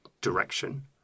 direction